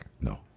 No